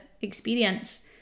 experience